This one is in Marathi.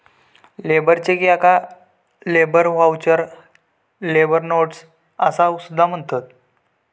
लेबर चेक याका लेबर व्हाउचर, लेबर नोट्स असा सुद्धा म्हणतत